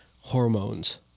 hormones